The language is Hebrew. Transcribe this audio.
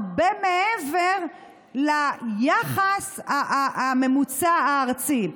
הרבה מעבר ליחס הממוצע הארצי.